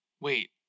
Wait